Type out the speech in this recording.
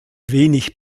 wenig